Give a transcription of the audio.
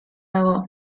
dago